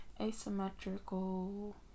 Asymmetrical